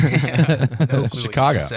Chicago